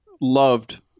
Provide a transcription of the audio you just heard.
loved